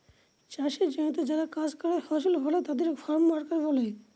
চাষের জমিতে যারা কাজ করে ফসল ফলায় তাদের ফার্ম ওয়ার্কার বলে